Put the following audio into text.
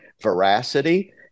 veracity